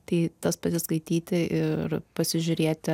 tai tas pasiskaityti ir pasižiūrėti